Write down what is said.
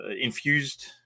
infused